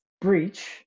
breach